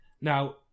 Now